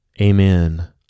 Amen